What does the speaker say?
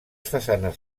façanes